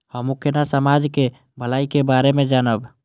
हमू केना समाज के भलाई के बारे में जानब?